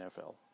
NFL